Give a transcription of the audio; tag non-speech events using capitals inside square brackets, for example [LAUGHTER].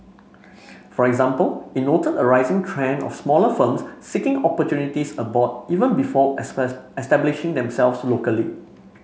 for example it noted a rising trend of smaller firms seeking opportunities abroad even before [UNINTELLIGIBLE] establishing themselves locally